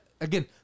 again